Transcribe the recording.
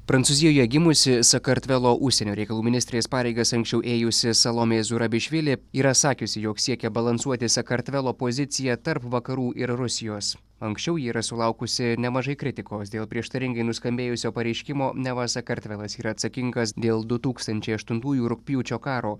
prancūzijoje gimusi sakartvelo užsienio reikalų ministrės pareigas anksčiau ėjusi salomė zurabišvili yra sakiusi jog siekia balansuoti sakartvelo poziciją tarp vakarų ir rusijos anksčiau ji yra sulaukusi nemažai kritikos dėl prieštaringai nuskambėjusio pareiškimo neva sakartvelas yra atsakingas dėl du tūkstančiai aštuntųjų rugpjūčio karo